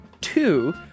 Two